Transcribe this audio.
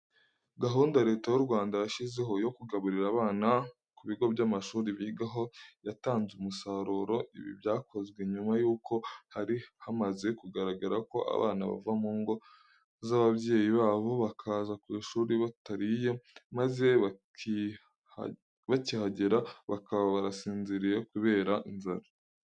Gahunda Leta y'u Rwanda yashyizeho, yo kugaburira abana ku bigo by'amashuri bigaho yatanze umusaruro. Ibi byakozwe nyuma y'uko hari hamaze kugaragara ko abana bava mu ngo z'ababyeyi babo bakaza ku ishuri batariye, maze bakihagera bakaba barasinziriye kubera inzara.